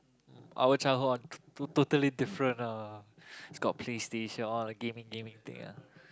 our childhood all oh totally different ah it's called PlayStation all the gaming gaming thing ah